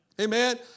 Amen